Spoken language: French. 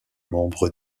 membre